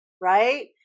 right